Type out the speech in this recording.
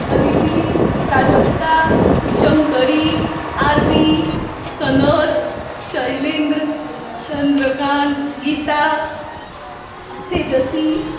Aditi Prajakta Shankari Aarvi Sanat Shailendra Chandrakant Geeta Tejasi